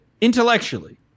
intellectually